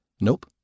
Nope